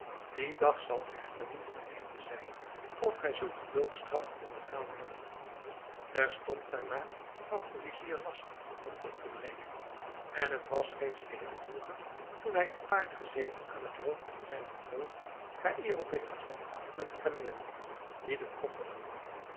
die dag zal echter niet ten einde zijn of gij zult de doodstraf ondergaan hebben terstond daarna gaf de vizier last om op te breken en het was reeds geheel donker toen hij te paard gezeten aan het hoofd van zijn gevolg caïro binnentrok met den kameel die den koffer droeg